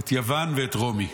את יוון ואת רומי.